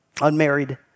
unmarried